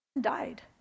died